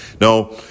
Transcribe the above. Now